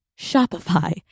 Shopify